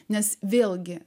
nes vėlgi